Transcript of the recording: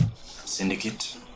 syndicate